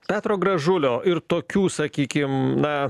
petro gražulio ir tokių sakykim na